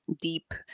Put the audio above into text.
deep